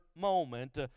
moment